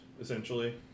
essentially